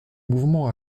mouvements